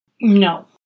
No